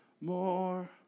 more